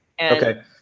Okay